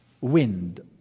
wind